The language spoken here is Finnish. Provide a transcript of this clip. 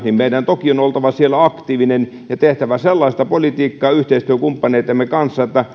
niin meidän toki on on oltava siellä aktiivisia ja tehtävä sellaista politiikkaa yhteistyökumppaneittemme kanssa että